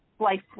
life